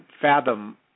fathom